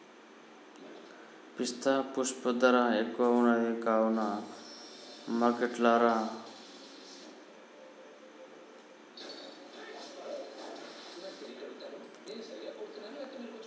పిస్తా పప్పు ధర ఎక్కువున్నది సూపర్ మార్కెట్లల్లా